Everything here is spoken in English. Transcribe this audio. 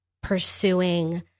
pursuing